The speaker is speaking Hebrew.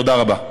תודה רבה.